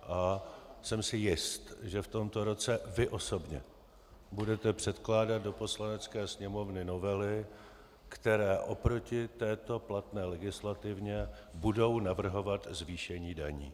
A jsem si jist, že v tomto roce vy osobně budete předkládat do Poslanecké sněmovny novely, které oproti této platné legislativě budou navrhovat zvýšení daní.